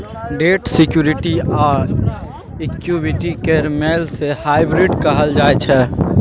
date security आ equity केर मेल केँ हाइब्रिड कहल जाइ छै